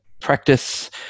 Practice